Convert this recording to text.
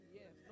yes